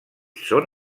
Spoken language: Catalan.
són